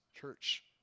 church